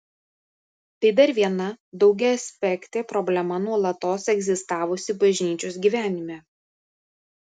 tai dar viena daugiaaspektė problema nuolatos egzistavusi bažnyčios gyvenime